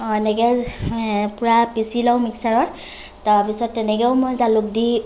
এনেকে পূৰা পিচি লওঁ মিক্সাৰত তাৰপিছত তেনেকেও মই জালুক দি